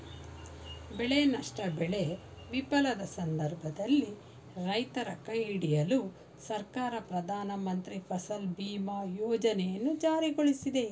ಬೆಳೆ ನಷ್ಟ ಬೆಳೆ ವಿಫಲದ ಸಂದರ್ಭದಲ್ಲಿ ರೈತರ ಕೈಹಿಡಿಯಲು ಸರ್ಕಾರ ಪ್ರಧಾನಮಂತ್ರಿ ಫಸಲ್ ಬಿಮಾ ಯೋಜನೆಯನ್ನು ಜಾರಿಗೊಳಿಸಿದೆ